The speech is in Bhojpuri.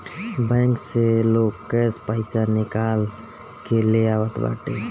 बैंक से लोग कैश पईसा निकाल के ले आवत बाटे